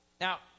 Now